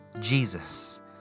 Jesus